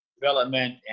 development